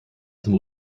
zum